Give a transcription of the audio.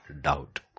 doubt